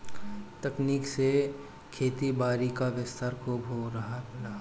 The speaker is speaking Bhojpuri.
तकनीक से खेतीबारी क विस्तार खूब हो रहल बा